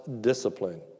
discipline